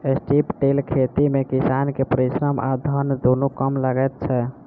strip till खेती मे किसान के परिश्रम आ धन दुनू कम लगैत छै